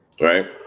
right